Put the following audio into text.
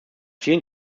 vielen